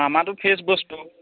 আমাৰতো ফ্ৰেছ বস্তু